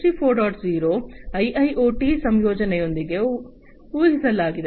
0 IIoT ಸಂಯೋಜನೆಯೊಂದಿಗೆ ಊಹಿಸಲಾಗಿದೆ